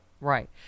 Right